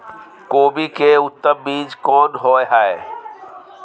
कोबी के उत्तम बीज कोन होय है?